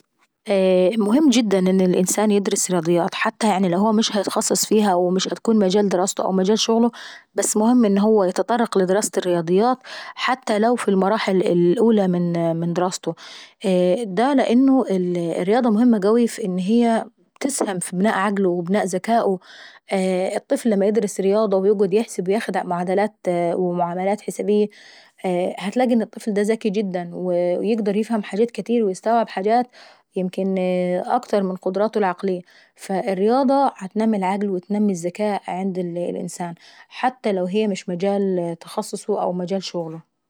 مهم جدا ان الانسان يدرس رياضيات حتى يعني لو هو مش هيتخصص فيها حتى لو مش هتكون مجال دراسته او مجال شغله، بس مهم ان هو يتطرق لدراسة الرياضيات حتى لو في المراحل الأولى من درساته. دا لان الرياضة مهمة قوي في ان هي بتسهم في بناء عقله وبناء وذكائه. الطفل لما يدرس رياضة وياخد معادلات ومعاملات حسابية هلاقي ان الطفل دا ذكي جدا، ويقدر يفهم حاجات كاتير ويستوعب حاجات يمكن اكتر من قدراته العقلية. بتلاقي ان الطفل دا ذكي جدا فالرياضة بتنمي العقل وبتنمي الذكاء عند الانسان حتى لو هي مش مجال شغله